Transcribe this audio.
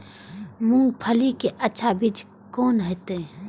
मूंगफली के अच्छा बीज कोन होते?